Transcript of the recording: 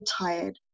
tired